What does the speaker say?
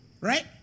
Right